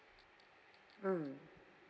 mm